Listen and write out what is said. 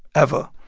ever?